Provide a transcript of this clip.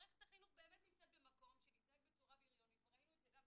מערכת החינוך באמת נמצאת במקום של להתנהג בצורה בריונית --- זה לא